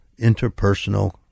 interpersonal